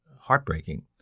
heartbreaking